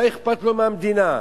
מה אכפת לו מהמדינה?